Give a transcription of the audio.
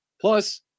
Plus